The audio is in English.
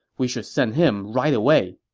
we should send him right away.